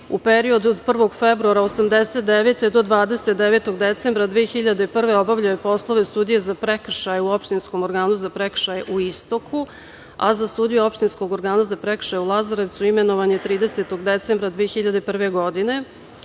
u periodu od 1. februara 1989. do 29. decembra 2001. godine obavljao je poslove sudije za prekršaje u Opštinskom organu za prekršaje u Istoku. Za sudiju opštinskog organa za prekršaje u Lazarevcu imenovan je 30. decembra 2001. godine.